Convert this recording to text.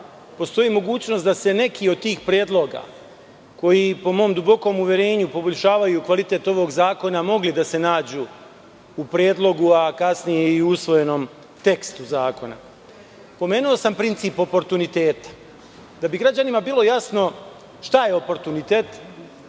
postoji mogućnost da se neki od tih predloga, koji po mom dubokom uverenju poboljšavaju kvalitet ovog zakona, nađu u predlogu, a kasnije i u usvojenom tekstu zakona. Pomenuo sam princip oportuniteta. Da bi građanima bilo jasno šta je oportunitet